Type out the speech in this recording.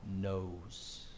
knows